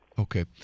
Okay